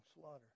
slaughter